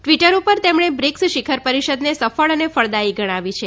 Twitter પર તેમણે BRICS શિખર પરીષદને સફળ અને ફળદાયી ગણાવી છે